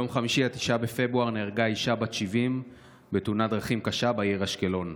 ביום חמישי 9 בפברואר נהרגה אישה בת 70 בתאונת דרכים קשה בעיר אשקלון.